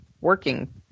working